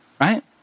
Right